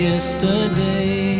Yesterday